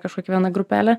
kažkokia viena grupelė